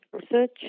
research